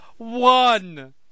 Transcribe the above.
one